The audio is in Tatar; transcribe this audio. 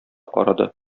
карады